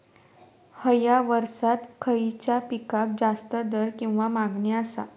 हया वर्सात खइच्या पिकाक जास्त दर किंवा मागणी आसा?